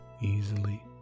Easily